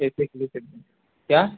क्या